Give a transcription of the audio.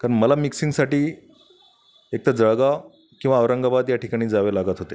कारण मला मिक्सिंगसाठी एकतर जळगाव किंवा औरंगाबाद या ठिकाणी जावे लागत होते